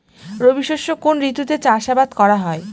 রবি শস্য কোন ঋতুতে চাষাবাদ করা হয়?